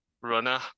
Runner